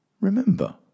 Remember